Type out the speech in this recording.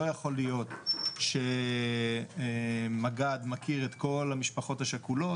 לא יכול להיות שמג"ד מכיר את כל המשפחות השכולות,